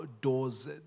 doors